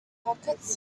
pockets